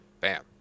bam